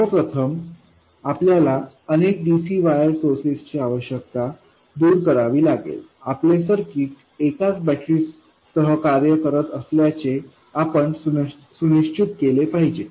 सर्व प्रथम आपल्याला अनेक dc वायर सोर्सची आवश्यकता दूर करावी लागेल आपले सर्किट एकाच बॅटरीसह कार्य करत असल्याचे आपण सुनिश्चित केले पाहिजे